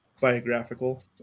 biographical